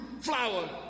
flower